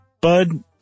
bud